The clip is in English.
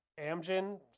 Amgen